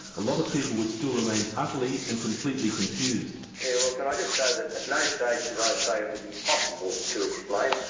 a lot of people would still remain utterly and completely confused. yes well can i just say that at no stage did i say it was impossible to explain.